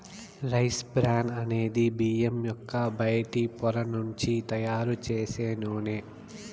rice bran అనేది బియ్యం యొక్క బయటి పొర నుంచి తయారు చేసే నూనె